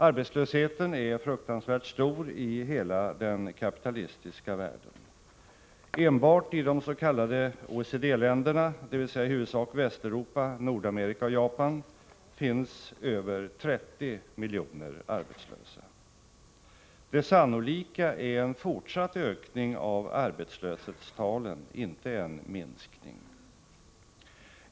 Arbetslösheten är fruktansvärt stor i hela den kapitalistiska världen. Enbart i de s.k. OECD-länderna, dvs. i huvudsak Västeuropa, Nordamerika och Japan, finns över 30 miljoner arbetslösa. Det sannolika är en fortsatt ökning av arbetslöshetstalen, inte en minskning.